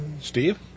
Steve